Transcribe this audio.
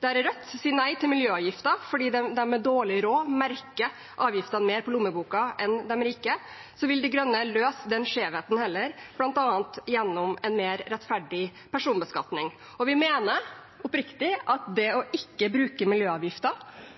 Der Rødt sier nei til miljøavgifter fordi de med dårlig råd merker avgiftene mer på lommeboka enn de rike, vil De Grønne heller løse den skjevheten, bl.a. gjennom en mer rettferdig personbeskatning. Vi mener oppriktig at det å ikke bruke